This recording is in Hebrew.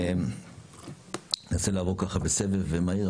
ננסה לעבור בסבב מהיר,